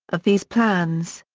of these plans.